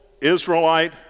Israelite